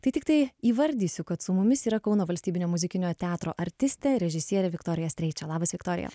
tai tiktai įvardysiu kad su mumis yra kauno valstybinio muzikinio teatro artistė režisierė viktorija streičia labas viktorija